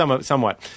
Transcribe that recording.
Somewhat